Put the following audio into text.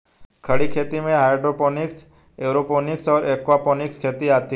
खड़ी खेती में हाइड्रोपोनिक्स, एयरोपोनिक्स और एक्वापोनिक्स खेती आती हैं